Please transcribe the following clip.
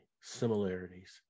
similarities